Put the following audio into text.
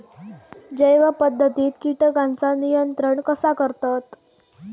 जैव पध्दतीत किटकांचा नियंत्रण कसा करतत?